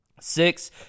six